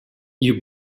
you